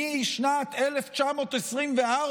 משנת 1924,